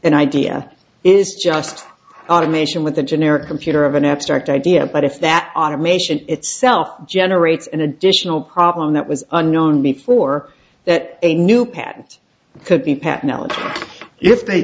an idea is just automation with a generic computer of an abstract idea but if that automation itself generates an additional problem that was unknown before that a new patent could be